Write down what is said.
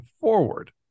forward